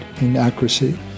inaccuracy